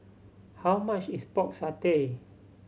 how much is Pork Satay